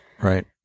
Right